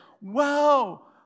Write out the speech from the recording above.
wow